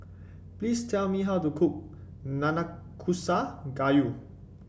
please tell me how to cook Nanakusa Gayu